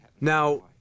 Now